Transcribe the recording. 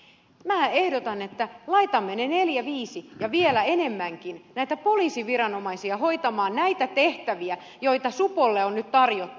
minä ehdotan että laitamme ne neljä viisi ja vielä enemmänkin poliisiviranomaista hoitamaan näitä tehtäviä joita supolle on nyt tarjottu